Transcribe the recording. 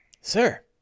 Sir